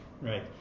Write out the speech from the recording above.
right